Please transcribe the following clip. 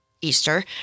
Easter